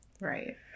Right